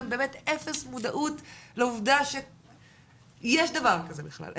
אפס מודעות לעובדה שיש דבר כזה בכלל,